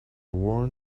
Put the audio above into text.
worn